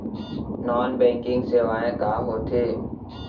Non banking सेवाएं का होथे?